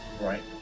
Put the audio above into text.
Right